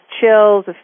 chills